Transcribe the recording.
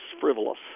frivolous